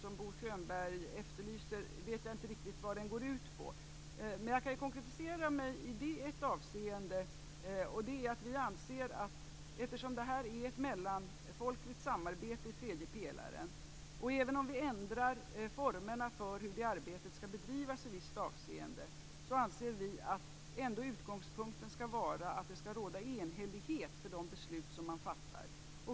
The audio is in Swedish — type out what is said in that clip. Jag vet inte riktigt vad den konkretiseringen skulle gå ut på. I ett avseende kan jag dock konkretisera mig. Samarbetet i tredje pelaren är ju mellanfolkligt, och även om vi ändrar formerna för hur det arbetet skall bedrivas i visst avseende, anser vi att utgångspunkten skall vara att det skall råda enhällighet för de beslut man fattar.